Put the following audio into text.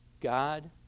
God